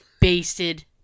Basted